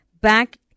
back